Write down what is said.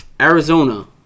Arizona